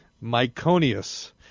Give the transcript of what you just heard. Myconius